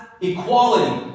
equality